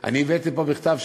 מורים שהבאתי, בכתב?